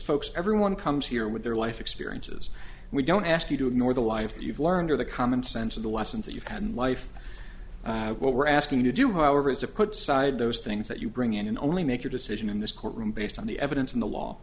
folks everyone comes here with their life experiences we don't ask you to ignore the life you've learned or the common sense of the lessons that you've had in life what we're asking you to do however is to put aside those things that you bring in and only make your decision in this courtroom based on the evidence in the law